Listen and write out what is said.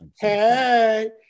Hey